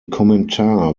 kommentar